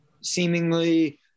seemingly